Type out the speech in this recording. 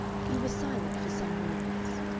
he was silent for some moments.